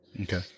Okay